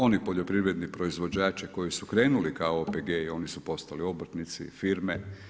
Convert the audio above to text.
Oni poljoprivredni proizvođači koji su krenuli kao OPG-e i oni su postali obrtnici, firme.